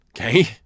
Okay